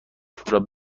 جوراب